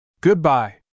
Goodbye